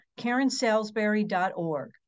karensalesbury.org